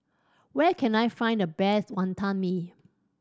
where can I find the best Wantan Mee